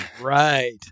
Right